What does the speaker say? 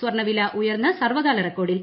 സ്വർണവില ഉയർന്ന് സർവകാല റെക്കോർഡിൽ